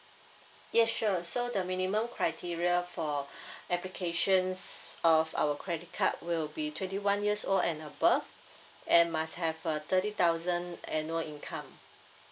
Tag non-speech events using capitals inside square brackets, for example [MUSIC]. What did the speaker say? yes sure so the minimum criteria for [BREATH] applications of our credit card will be twenty one years old and above and must have a thirty thousand annual income